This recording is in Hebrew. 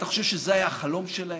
אתה חושב שזה היה החלום שלהם?